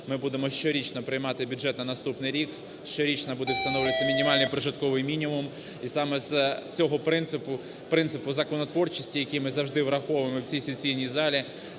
Ми будемо щорічно приймати бюджет на наступний рік, щорічно буде встановлюватися мінімальний прожитковий мінімум, і саме з цього принципу – принципу законотворчості, який ми завжди враховуємо в цій сесійній залі